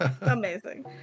Amazing